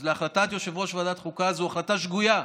אז החלטת יושב-ראש ועדת החוקה זו החלטה שגויה,